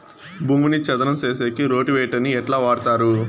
భూమిని చదరం సేసేకి రోటివేటర్ ని ఎట్లా వాడుతారు?